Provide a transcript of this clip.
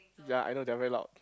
ya you know they are very loud